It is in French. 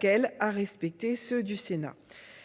qui a respecté ceux du Sénat.